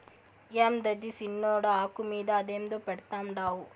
యాందది సిన్నోడా, ఆకు మీద అదేందో పెడ్తండావు